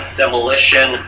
demolition